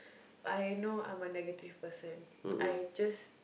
I know I'm a negative person I just